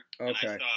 Okay